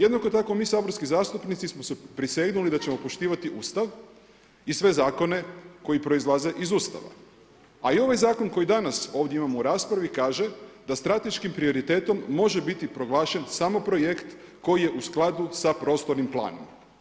Jednako tako bi saborski zastupnici smo prisegnuli da ćemo poštivati Ustav i sve zakone koji proizlaze iz Ustava, a i ovaj zakon koji danas ovdje imamo u raspravi kaže da strateškim prioritetom može biti proglašen samo projekt koji je u skladu sa prostornim planom.